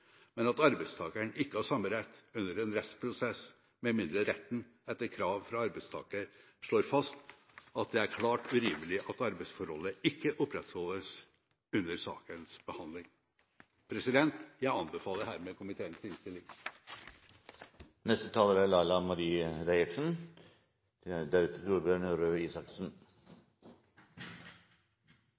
men at arbeidstakeren ikke har samme rett under en rettsprosess, med mindre retten etter krav fra arbeidstaker slår fast at det er klart urimelig at arbeidsforholdet ikke opprettholdes under sakens behandling. Jeg anbefaler hermed komiteens innstilling. Sjømannsloven blei vedtatt i 1975. Sidan den gongen har arbeidslivet vore i endring, også til